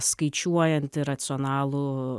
skaičiuojantį racionalų